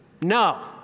No